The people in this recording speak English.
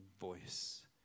voice